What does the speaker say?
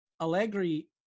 Allegri